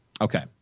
Okay